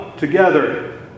Together